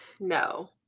no